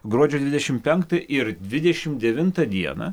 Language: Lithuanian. gruodžio dvidešim penktą ir dvidešim devintą dieną